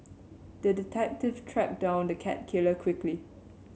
the detective tracked down the cat killer quickly